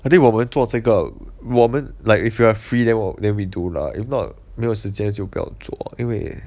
I think 我们做这个我们 like if you are free then 我 then we do lah if not 没有时间就不要做因为